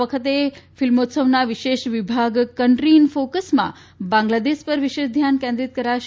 આ વખતે ફિલ્મોત્સવના વિશેષ વિભાગ કંટ્રી ઈન ફોકસમાં બાંગ્લાદેશ પર વિશેષ ધ્યાન કેન્દ્રીત કરાશે